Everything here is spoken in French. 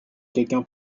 quelqu’un